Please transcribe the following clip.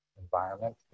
environment